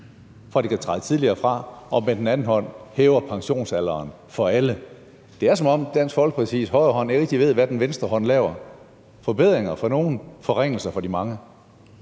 at de kan træde tidligere tilbage, og med den anden hånd hæver pensionsalderen for alle? Det er, som om Dansk Folkepartis højre hånd ikke rigtig ved, hvad den venstre hånd laver – forbedringer for nogle, forringelser for de mange.